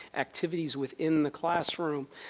activities within the classroom,